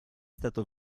stato